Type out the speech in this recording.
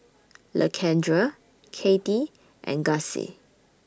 Lakendra Katie and Gussie